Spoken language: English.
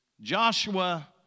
Joshua